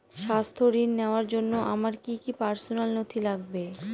স্বাস্থ্য ঋণ নেওয়ার জন্য আমার কি কি পার্সোনাল নথি লাগবে?